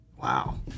wow